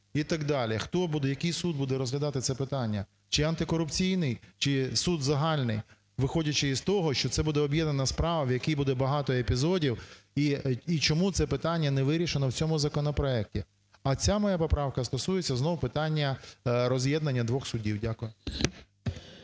хто буде, який суд буде розглядати це питання? Чи антикорупційний, чи суд загальний, виходячи з того, що це буде об'єднана справа, в якій буде багато епізодів? І чому це питання не вирішено в цьому законопроекті? А ця моя поправка стосується знову питання роз'єднання двох судів. Дякую.